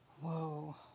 whoa